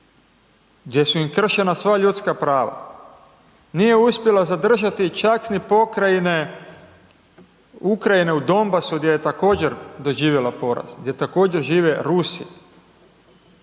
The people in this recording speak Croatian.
gdje su im kršena sva ljudska prava, nije uspjela zadržati čak ni pokrajine Ukrajine u Dom basu gdje je također doživjela poraz, gdje također žive Rusi,